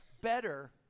better